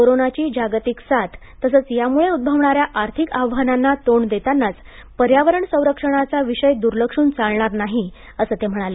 कोरोनाची जागतिक साथ तसंच त्यामुळे उद्भवणाऱ्या आर्थिक आव्हानांना तोंड देतानाचा पर्यावरण संरक्षणाचा विषय दुर्लक्षून चालणार नाही असं ते म्हणाले